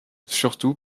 surtout